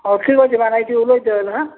ହଉ ଠିକ୍ ଅଛି